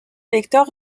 électeur